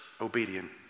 obedient